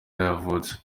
yavutse